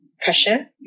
pressure